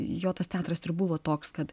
jo tas teatras ir buvo toks kad